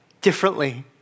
differently